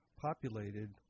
populated